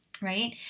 right